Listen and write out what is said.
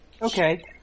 Okay